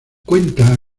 cuenta